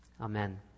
Amen